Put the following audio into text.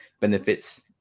benefits